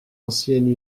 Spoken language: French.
ancienne